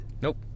nope